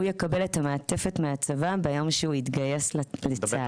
הוא יקבל את המעטפת מהצבא ביום שהוא יתגייס לצה"ל.